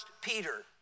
Peter